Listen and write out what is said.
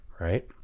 right